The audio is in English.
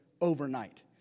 overnight